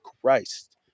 Christ